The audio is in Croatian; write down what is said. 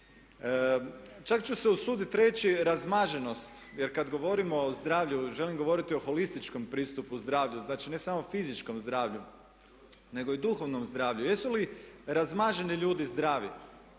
Čak ću se usuditi reći razmaženost jer kad govorimo o zdravlju želim govoriti o holističkom pristupu zdravlju, znači ne samo fizičkom zdravlju nego i duhovnom zdravlju. Jesu li razmaženi ljudi zdravi?